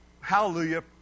hallelujah